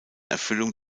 erfüllung